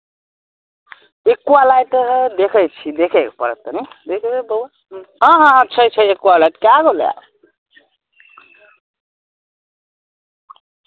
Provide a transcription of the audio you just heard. बहुत जगह छै पूसा इन्वर्सिटी बिहारमे वहाँ एग्रिक्ल्चरके जे छै किसानके लिए ले कऽ बीज पौधा सब चीज के जे छै सुविधा छै वहॉँ